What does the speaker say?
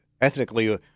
ethnically –